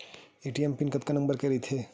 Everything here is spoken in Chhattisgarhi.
ए.टी.एम पिन कतका नंबर के रही थे?